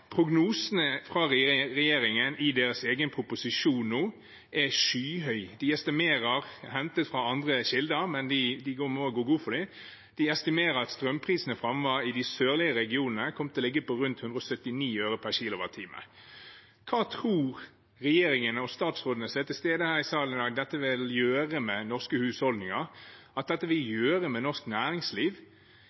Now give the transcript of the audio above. prognosene fra regjeringen nå i deres egen proposisjon er skyhøye. De estimerer – hentet fra andre kilder, men de må gå god for dem – at strømprisene framover i de sørlige regionene kommer til å ligge på rundt 179 øre per kWh. Hva tror regjeringen og statsrådene som er til stede her i salen i dag, at dette vil gjøre med norske husholdninger, at dette vil gjøre med norsk næringsliv?